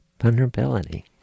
vulnerability